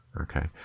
Okay